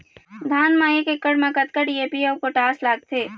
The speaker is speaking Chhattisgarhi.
धान म एक एकड़ म कतका डी.ए.पी अऊ पोटास लगथे?